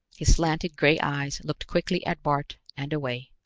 his slanted gray eyes looked quickly at bart and away.